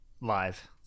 live